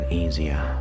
easier